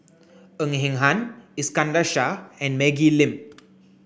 Ng Eng Hen Iskandar Shah and Maggie Lim